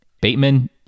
Bateman